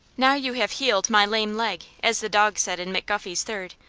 now you have healed my lame leg as the dog said in mcguffey's third,